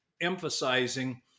emphasizing